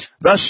Thus